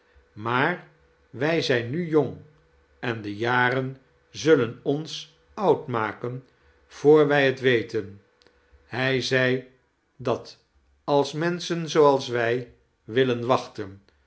maar wij zijn nu jong en de jaren zullen ons oud rnaken voor wij het weten hij zei dat als menschen zooals wij willen wachten